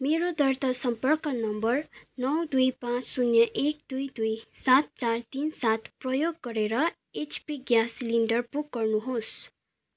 मेरो दर्ता सम्पर्क नम्बर नौ दुई पाँच शून्य एक दुई दुई सात चार तिन सात प्रयोग गरेर एचपी ग्यास सिलिन्डर बुक गर्नुहोस्